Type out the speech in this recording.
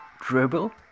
Dribble